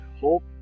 hope